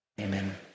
Amen